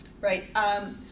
Right